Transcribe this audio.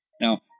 Now